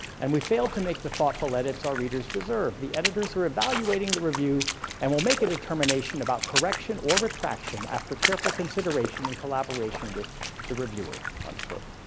and we failed to make the thoughtful edits our readers deserve. the editors are evaluating the review and will make a determination about correction or retraction after careful consideration in collaboration with the reviewer, unquote.